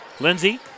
Lindsey